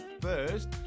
first